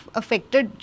affected